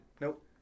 Nope